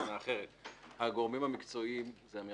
יש להגדיר גורם ספציפי,